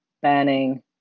banning